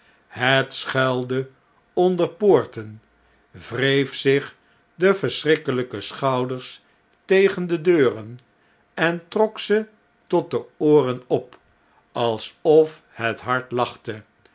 het schuilde onder poorten wreet zich de verschrikkelpe schouders tegen de deuren en trok ze tot de ooren op alsof het hard